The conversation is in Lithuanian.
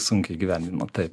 sunkiai įgyvendinama taip